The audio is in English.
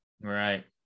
Right